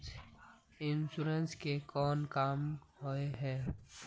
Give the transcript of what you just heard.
Insurance के कोन काम होय है?